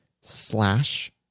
slash